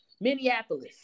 Minneapolis